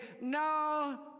no